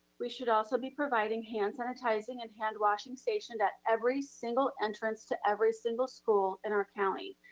we should also be providing hand sanitizing and hand washing station at every single entrance to every single school in our county.